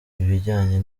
ibijyanye